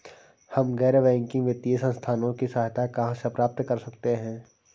हम गैर बैंकिंग वित्तीय संस्थानों की सहायता कहाँ से प्राप्त कर सकते हैं?